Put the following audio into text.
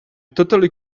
totally